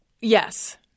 Yes